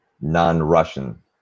non-Russian